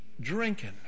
drinking